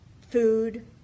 food